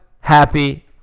happy